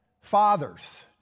Fathers